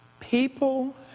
People